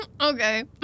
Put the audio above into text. Okay